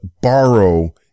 borrow